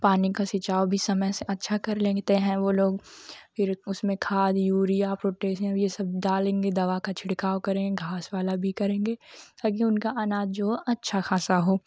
पानी का सिचाव भी समय अच्छा कर लेते हैं वह लोग फ़िर उसमें खाद उरिया प्रोटेशियम यह सब डालेंगे दवा का छिड़काव करें घास वाला भी करेंगे ताकि उनका अनाज जो अच्छा खासा हो